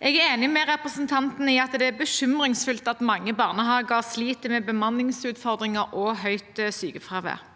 Jeg er enig med representanten i at det er bekymringsfullt at mange barnehager sliter med bemanningsutfordringer og høyt sykefravær.